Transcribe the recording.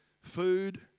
Food